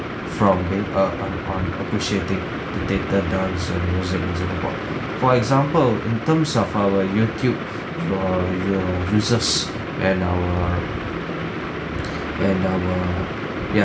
from being uh un~ on unappreciative to theatre dance and music in singapore for example in terms of our Youtube for the users and our and our ya